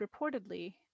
reportedly